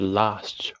last